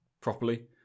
properly